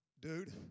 dude